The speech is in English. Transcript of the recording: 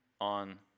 on